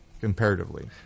comparatively